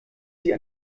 sie